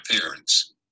parents